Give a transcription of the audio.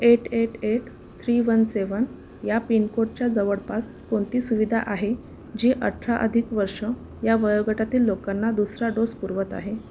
eight eight eight three one seven या पिनकोडच्या जवळपास कोणती सुविधा आहे जी अठरा अधिक वर्ष या वयोगटातील लोकांना दुसरा डोस पुरवत आहे